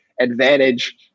advantage